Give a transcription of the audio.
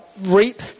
reap